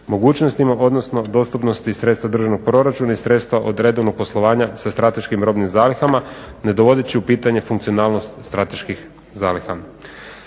mogućnostima odnosno dostupnosti sredstva državnog proračuna i sredstva od redovnog poslovanja sa strateškim robnim zalihama ne dovodeći u pitanje funkcionalnost strateških zaliha.